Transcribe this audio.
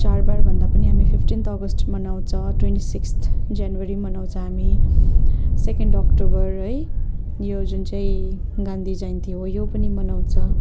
चाडबाड भन्दा पनि हामी फिफ्टिन्थ अगस्त मनाउँछ ट्वेन्टी सिक्स्थ जनवरी मनाउँछ हामी सेकेन्ड अक्टोबर है यो जुन चाहिँ गान्धी जयन्ती हो यो पनि मनाउँछौँ